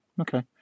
okay